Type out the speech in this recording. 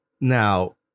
Now